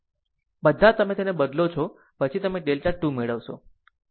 બધા તમે તેને બદલો પછી તમે ડેલ્ટા 2 મેળવશો